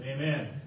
Amen